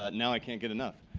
ah now i can't get enough.